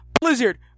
Blizzard